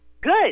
good